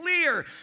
clear